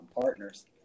partners